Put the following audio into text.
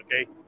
okay